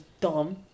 dumb